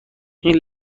این